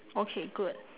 okay good